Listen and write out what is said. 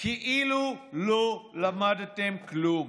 כאילו לא למדתם כלום